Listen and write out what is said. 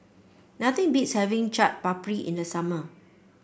nothing beats having Chaat Papri in the summer